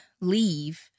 leave